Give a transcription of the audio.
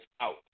out